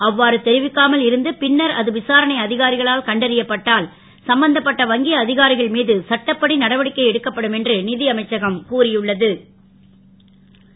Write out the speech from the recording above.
அ வாறு தெரிவிக்காமல் இருந்து பின்னர் அது விசாரணை அ காரிகளால் கண்டறியப்பட்டால் சம்பந்தப்பட்ட வங்கி அ காரிகள் மீது சட்டப்படி நடவடிக்கை எடுக்கப்படும் என்று அமைச்சகம் கூறியுள்ள து